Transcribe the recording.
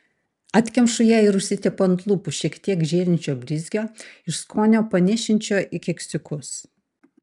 atkemšu ją ir užsitepu ant lūpų šiek tiek žėrinčio blizgio iš skonio panėšinčio į keksiukus